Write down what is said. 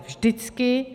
Vždycky.